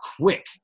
quick